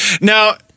Now